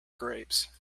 grapes